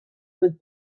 with